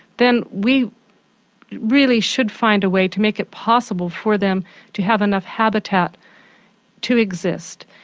then we really should find a way to make it possible for them to have enough habitat to exist.